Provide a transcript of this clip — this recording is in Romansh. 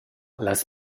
las